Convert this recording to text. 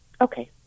Okay